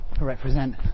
represent